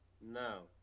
No